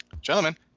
Gentlemen